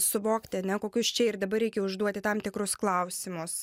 suvokti ane kokius čia ir dabar reikia užduoti tam tikrus klausimus